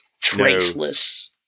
Traceless